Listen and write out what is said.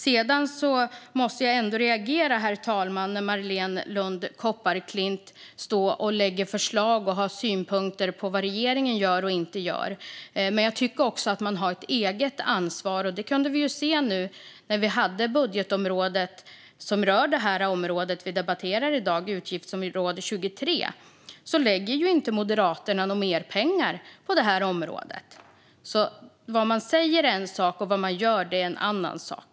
Sedan måste jag ändå reagera, herr talman, när Marléne Lund Kopparklint står och lägger fram förslag och har synpunkter på vad regeringen gör och inte gör, för jag tycker också att man har ett eget ansvar. Vi kunde se nu när vi hade budgetområdet, utgiftsområde 23, uppe som rör detta som vi debatterar i dag att Moderaterna inte lägger några mer pengar på det här området. Vad man säger är alltså en sak och vad man gör en annan sak.